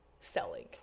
selling